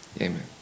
Amen